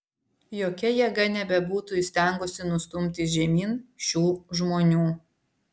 jokia jėga nebebūtų įstengusi nustumti žemyn šių žmonių